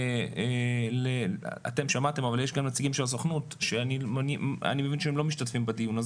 גם לנציגים של הסוכנות שאני מבין שהם לא משתתפים בדיון,